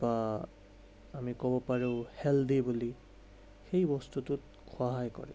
বা আমি ক'ব পাৰো হেলডি বুলি সেই বস্তুটোত সহায় কৰে